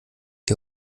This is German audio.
die